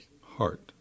heart